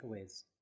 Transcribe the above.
takeaways